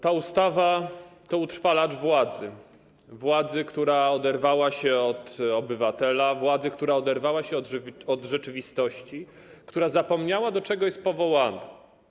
Ta ustawa to utrwalacz władzy, władzy, która oderwała się od obywatela, władzy, która oderwała się od rzeczywistości, która zapomniała, do czego jest powołana.